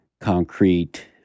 concrete